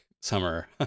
Summer